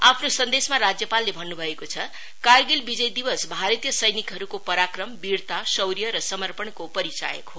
आफ्नो सन्देशमा राज्यपालले भन्नुभएको छ कार्गिल विजय दिवस भारतीय सैनिकहरुको पराक्रम वीरता शौर्य र समर्पणको परिचालक हो